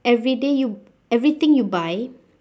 every day yo~ everything you buy